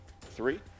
three